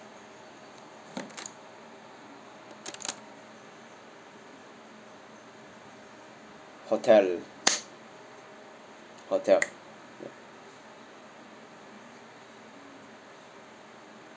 hotel hotel